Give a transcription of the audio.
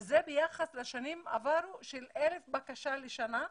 וזה ביחס לשנים עברו של 1,000 בקשות לשנה.